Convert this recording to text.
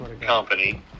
company